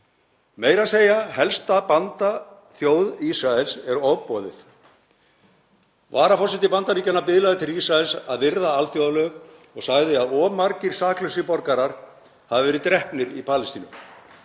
Meira að segja helstu bandaþjóð Ísraels er ofboðið. Varaforseti Bandaríkjanna biðlaði til Ísraels um að virða alþjóðalög og sagði að of margir saklausir borgarar hefðu verið drepnir í Palestínu.